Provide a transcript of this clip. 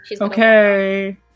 Okay